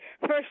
first